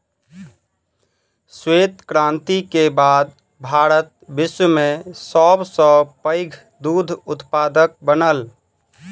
श्वेत क्रांति के बाद भारत विश्व में सब सॅ पैघ दूध उत्पादक बनल